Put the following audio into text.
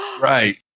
Right